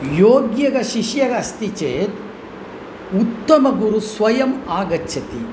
योग्यः शिष्यः अस्ति चेत् उत्तमः गुरुः स्वयम् आगच्छति